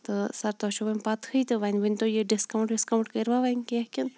تہٕ سَر تۄہہِ چھو وۄنۍ پَتہٕے تہٕ وۄنۍ ؤنۍ تَو یہِ ڈِسکَاونٹ وِسکَاونٹ کٔروَ وۄنۍ کینٛہہ کِنہٕ